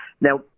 now